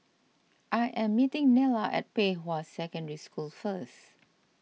I am meeting Nella at Pei Hwa Secondary School first